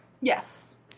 Yes